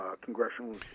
Congressional